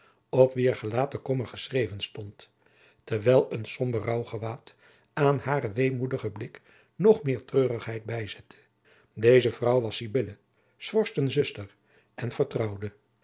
op wier gelaat de kommer geschreven stond terwijl een somber rouwgewaad aan haren weemoedigen blik nog meer treurigheid bijzette deze vrouw was sibille s vorsten zuster en vertrouwde